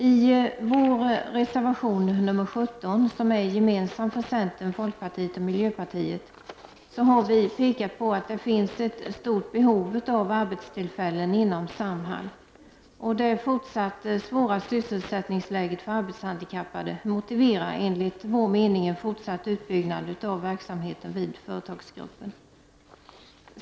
I reservation nr 17 — som är gemensam för centern, folkpartiet och miljöpartiet — har vi pekat på att det finns ett stort behov av arbetstillfällen inom Samhall. Det fortsatt svåra sysselsättningsläget för arbetshandikappade motiverar enligt vår mening en fortsatt utbyggnad av verksamheten vid företagsgruppen.